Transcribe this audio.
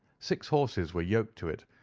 six horses were yoked to it,